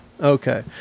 Okay